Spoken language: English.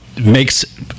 makes